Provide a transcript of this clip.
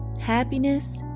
Happiness